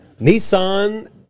Nissan